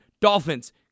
Dolphins